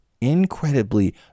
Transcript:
incredibly